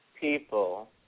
people